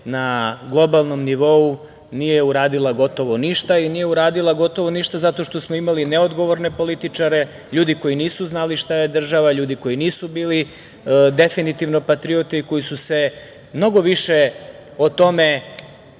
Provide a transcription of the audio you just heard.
na globalnom nivou, nije uradila gotovo ništa i nije uradila gotovo ništa zato što smo imali neodgovorne političare, ljude koji nisu znali šta je država, ljude koji nisu bili definitivno patriote i koji su se mnogo više o tome